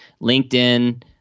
LinkedIn